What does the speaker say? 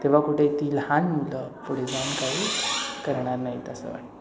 तेव्हा कुठे ती लहान मुलं पुढे जाऊन काही करणार नाहीत असं वाटतं